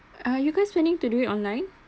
are you guys planning to do it online